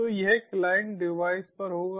तो यह client device पर होगा